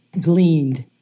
gleaned